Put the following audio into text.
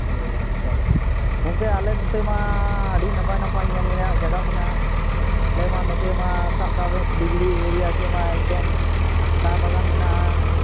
ᱚᱻ ᱟᱪᱪᱷᱟ ᱜᱚᱢᱠᱮ ᱟᱞᱮ ᱱᱚᱛᱮ ᱢᱟ ᱟᱹᱰᱤ ᱱᱟᱯᱟᱭ ᱱᱟᱯᱟᱭ ᱧᱮᱞ ᱨᱮᱭᱟᱜ ᱡᱟᱭᱜᱟ ᱢᱮᱱᱟᱜᱼᱟ ᱟᱞᱮ ᱢᱟ ᱱᱚᱛᱮ ᱢᱟ ᱥᱟᱵ ᱠᱟᱜ ᱢᱮ ᱥᱤᱞᱤᱜᱩᱲᱤ ᱮᱨᱤᱭᱟ ᱥᱮᱫ ᱢᱟ ᱮᱠᱫᱚᱢ ᱪᱟ ᱵᱟᱜᱟᱱ ᱢᱮᱱᱟᱜᱼᱟ